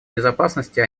безопасности